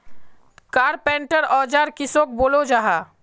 Carpenter औजार किसोक बोलो जाहा?